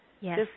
Yes